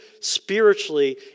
spiritually